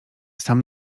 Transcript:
sam